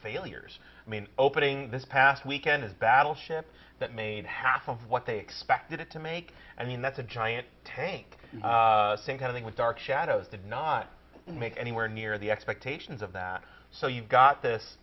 failures i mean opening this past weekend and battleship that made half of what they expected it to make i mean that's a giant tank same thing with dark shadows did not make anywhere near the expectations of that so you've got this